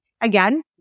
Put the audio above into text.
again